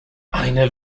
eine